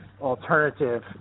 alternative